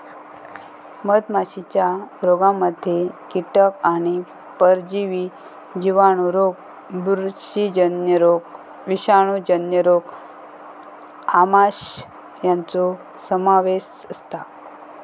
मधमाशीच्या रोगांमध्ये कीटक आणि परजीवी जिवाणू रोग बुरशीजन्य रोग विषाणूजन्य रोग आमांश यांचो समावेश असता